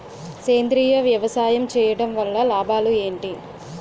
సేంద్రీయ వ్యవసాయం చేయటం వల్ల లాభాలు ఏంటి?